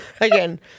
again